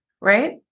right